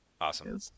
awesome